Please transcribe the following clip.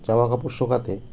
জামা কাপড় শোকাতে